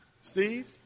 Steve